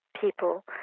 people